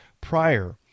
prior